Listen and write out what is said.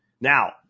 Now